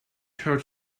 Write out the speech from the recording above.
her